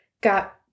got